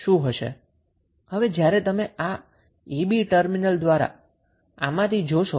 જે input resistance હશે જ્યારે તમે આમાંથી a b ટર્મિનલ માંથી જોશો